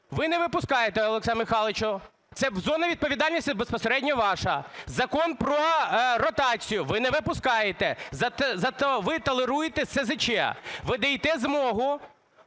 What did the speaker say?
Ви не випускаєте, Олександре Михайловичу, це зона відповідальності безпосередньо ваша. Закон про ротацію. Ви не випускаєте. Зате ви толеруєте СЗЧ. Ви даєте змогу